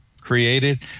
created